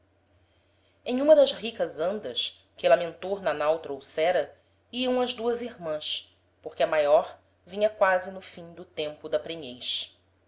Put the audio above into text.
em umas ricas andas que lamentor na nau trouxera iam as duas irmans porque a maior vinha quase no fim do tempo da